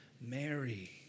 Mary